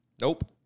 Nope